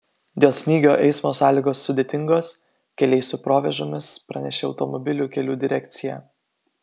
dėl snygio eismo sąlygos sudėtingos keliai su provėžomis pranešė automobilių kelių direkcija